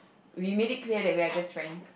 we made it clear that we're just friends